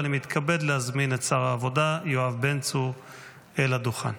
ואני מתכבד להזמין את שר העבודה יואב בן צור אל הדוכן.